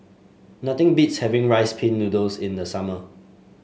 nothing beats having Rice Pin Noodles in the summer